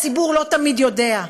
הציבור לא תמיד יודע.